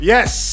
Yes